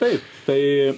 taip tai